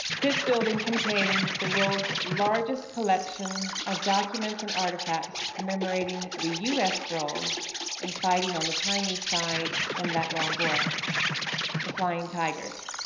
this building contains the world's largest collection of documents and artifacts commemorating the u s. role in fighting on the chinese side in that long war the flying tigers.